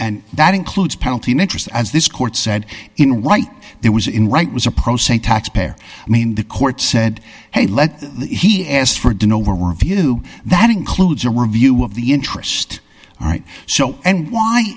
and that includes penalty and interest as this court said in white there was in right was a pro se taxpayer i mean the court said hey let he asked for dunno review that includes a review of the interest all right so and why